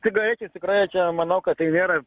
cigaretės tikrai manau kad tai nėra